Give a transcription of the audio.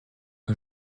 que